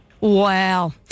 Wow